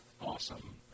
awesome